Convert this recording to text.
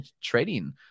trading